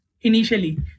Initially